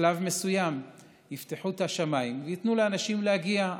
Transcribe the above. בשלב מסוים יפתחו את השמיים וייתנו לאנשים להגיע.